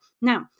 Now